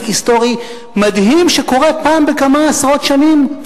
היסטורי מדהים שקורה פעם בכמה עשרות שנים,